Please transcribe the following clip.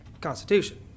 Constitution